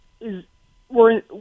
is—we're